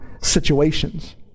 situations